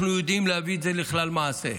אנחנו יודעים להביא את זה לכלל מעשה,